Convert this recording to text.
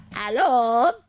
Hello